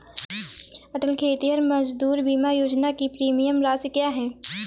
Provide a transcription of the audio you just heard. अटल खेतिहर मजदूर बीमा योजना की प्रीमियम राशि क्या है?